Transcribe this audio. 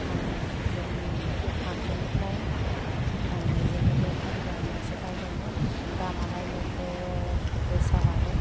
आं जोंनि हाथायनिफ्राय बिदिनो बेग हरग्रा मोनसे बायदोंमोन दामालाय नोगोद गोसा लादों